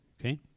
okay